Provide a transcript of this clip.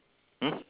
mm